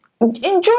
enjoy